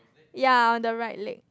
ya on the right leg